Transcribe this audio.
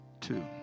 Two